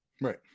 Right